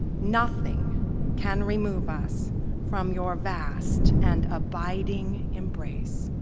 nothing can remove us from your vast and abiding embrace.